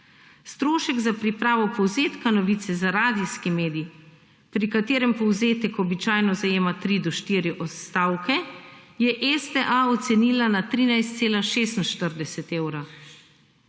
Strošek za pripravo povzetka novice za radijski medij, pri katerem povzetek običajno zavzema tri do štiri odstavke, je STA ocenila na 13,46 evra.